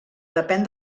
depèn